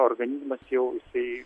organizmas jau jisai